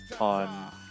on